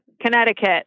Connecticut